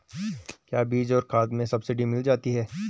क्या बीज और खाद में सब्सिडी मिल जाती है?